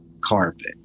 carpet